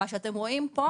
מה שאתם רואים פה,